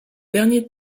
derniers